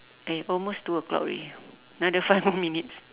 eh almost two o'clock already another five more minutes